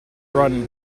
run